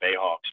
bayhawks